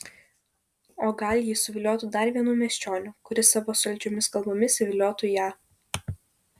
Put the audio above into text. o gal ji susiviliotų dar vienu miesčioniu kuris savo saldžiomis kalbomis įviliotų ją